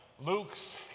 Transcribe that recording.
Luke's